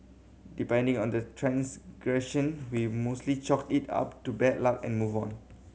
depending on the transgression we mostly chalk it up to bad luck and move on